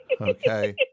okay